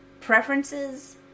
preferences